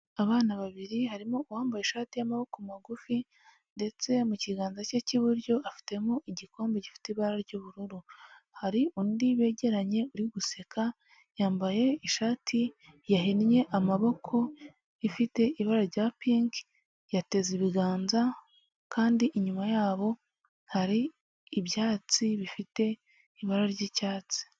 Abana babiri harimo uwambaye ishati y'amaboko magufi, ndetse mu kiganza cye cy'iburyo afitemo igikombe gifite ibara ry'ubururu, hari undi begeranye uri guseka yambaye ishati yahinnye, amaboko ifite ibara rya pinki, yateze ibiganza kandi inyuma yabo hari ibyatsi bifite ibara ry'icyatsi.